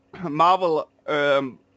Marvel